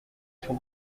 son